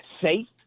safe